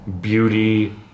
beauty